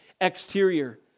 exterior